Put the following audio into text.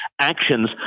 actions